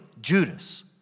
Judas